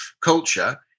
culture